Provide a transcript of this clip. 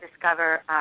discover